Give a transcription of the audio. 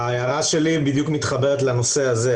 ההערה שלי מתחברת בדיוק לנושא הזה.